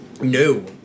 No